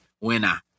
winner